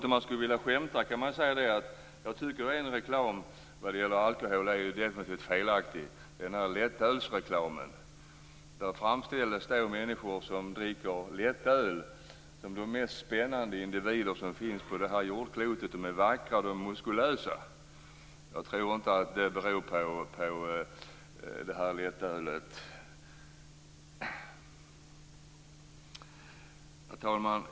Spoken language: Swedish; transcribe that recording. Om man vill skämta kan man nämna lättölsreklamen, som jag tycker är helt felaktig. Där framställs människor som dricker lättöl som de mest spännande individer som finns på jordklotet. Det är vackra och muskulösa. Jag tror inte att det beror på lättölet. Herr talman!